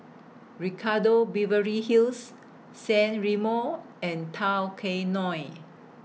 Ricardo Beverly Hills San Remo and Tao Kae Noi